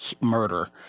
murder